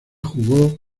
jugó